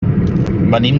venim